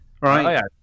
right